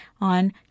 on